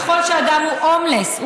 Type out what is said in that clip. ככל שאדם הוא הומלס,